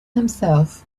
himself